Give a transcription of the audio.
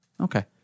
Okay